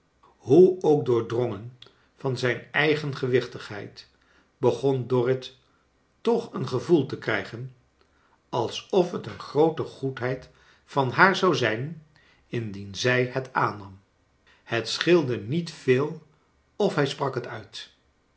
hoe ook doordrongen van zijn eigen gewichtigheid began dorrit toch een gevoel te krijgen als of het een groote goedheid van haar zou zijn indien zij het aannam het scheelde niet veel of hij sprak het uit